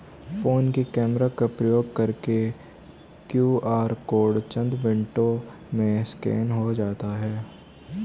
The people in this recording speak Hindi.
फोन के कैमरा का प्रयोग करके क्यू.आर कोड चंद मिनटों में स्कैन हो जाता है